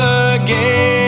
again